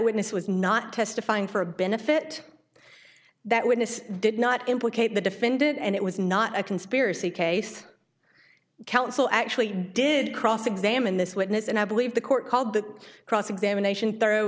witness was not testifying for a benefit that witness did not implicate the defendant and it was not a conspiracy case counsel actually did cross examine this witness and i believe the court called the cross examination thorough